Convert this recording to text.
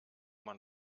man